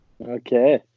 Okay